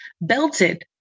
belted